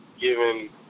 given